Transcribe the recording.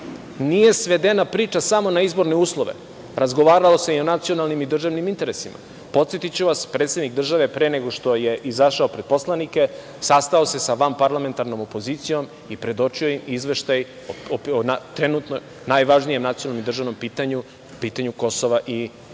Nije svedena priča samo na izborne uslove. Razgovaralo se i o nacionalnim i državnim interesima. Podsetiću vas, predsednik države, pre nego što je izašao pred poslanike, sastao se sa vanparlamentarnom opozicijom i predočio im izveštaj o trenutno najvažnijem nacionalnom i državnom pitanju, pitanju Kosova i